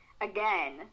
again